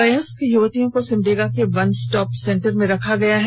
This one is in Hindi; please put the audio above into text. वयस्क युवतियों को सिमडेगा के वन स्टॉप सेंटर में रखा गया हैं